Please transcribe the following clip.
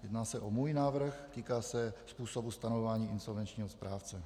Jedná se o můj návrh, týká se způsobu stanovování insolvenčního správce.